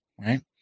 right